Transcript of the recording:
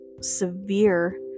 severe